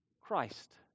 christ